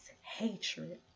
hatred